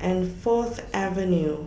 and Fourth Avenue